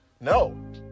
no